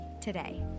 today